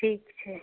ठीक छै